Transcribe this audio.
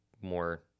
more